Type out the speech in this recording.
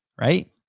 right